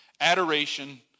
adoration